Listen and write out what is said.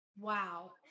Wow